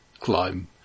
climb